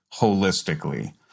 holistically